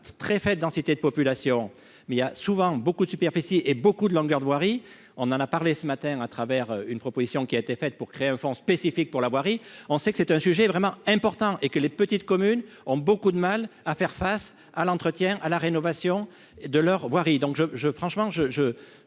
très faible densité de population, mais il y a souvent beaucoup de superficie et beaucoup de longueur de voirie, on en a parlé ce matin, à travers une proposition qui a été fait pour créer un fonds spécifique pour la voirie, on sait que c'est un sujet vraiment important et que les petites communes ont beaucoup de mal à faire face à l'entretien à la rénovation de leur voirie